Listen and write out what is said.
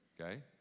okay